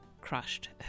crushed